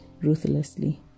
ruthlessly